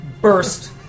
burst